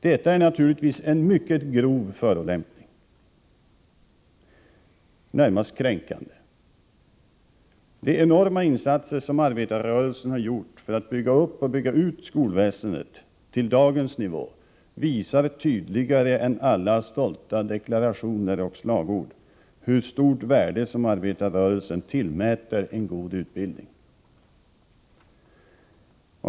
Detta är naturligtvis en mycket grov förolämpning, närmast kränkande. De enorma insatser som arbetarrörelsen har gjort för att bygga upp och bygga ut skolväsendet till dagens nivå visar tydligare än alla stolta deklarationer och slagord hur stort värde arbetarrörelsen tillmäter en god utbildning.